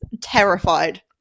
terrified